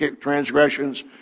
transgressions